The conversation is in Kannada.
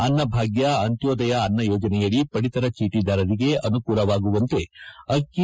ಅನ್ನಭಾಗ್ಕ ಅಂತ್ಕೋದಯ ಅನ್ನ ಯೋಜನೆಯಡಿ ಪಡಿತರ ಚೀಟಿದಾರರಿಗೆ ಆನುಕೂಲವಾಗುವಂತೆ ಅಕ್ಕಿ